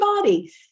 body